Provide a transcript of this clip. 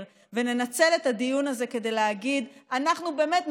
וננצל את הדיון הזה כדי להגיד: אנחנו באמת,